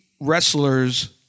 wrestlers